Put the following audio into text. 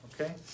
Okay